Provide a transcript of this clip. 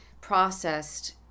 processed